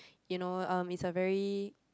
you know um it's a very